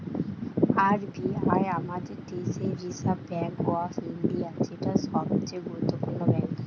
R B I আমাদের দেশের reserve bank of India, যেটা সবচে গুরুত্বপূর্ণ ব্যাঙ্ক